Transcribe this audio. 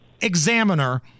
examiner